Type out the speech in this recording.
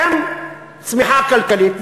עם צמיחה כלכלית,